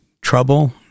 Trouble